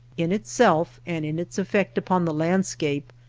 in itself, and in its effect upon the landscape,